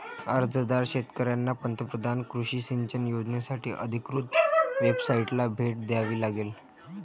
अर्जदार शेतकऱ्यांना पंतप्रधान कृषी सिंचन योजनासाठी अधिकृत वेबसाइटला भेट द्यावी लागेल